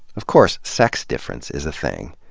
of course, sex difference is a thing.